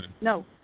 No